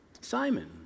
Simon